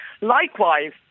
Likewise